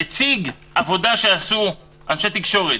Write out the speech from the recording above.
הציג עבודה שעשו אנשי תקשורת.